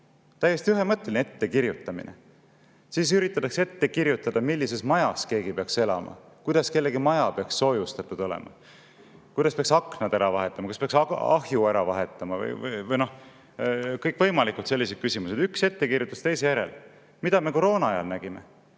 Täiesti ühemõtteline ettekirjutamine! Siis üritatakse ette kirjutada, millises majas keegi peaks elama, kuidas kellegi maja peaks soojustatud olema, kuidas peaks aknad ära vahetama, kas peaks ahju ära vahetama. Noh, kõikvõimalikud sellised küsimused – üks ettekirjutus teise järel. Mida me koroonaajal nägime: